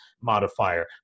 modifier